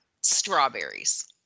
Strawberries